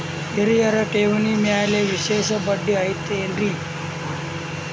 ಹಿರಿಯರ ಠೇವಣಿ ಮ್ಯಾಲೆ ವಿಶೇಷ ಬಡ್ಡಿ ಐತೇನ್ರಿ?